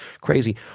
crazy